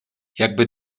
jakby